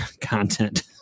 content